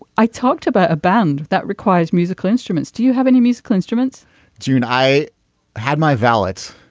i talked about a band that requires musical instruments. do you have any musical instruments june i had my valot